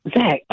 Zach